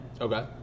okay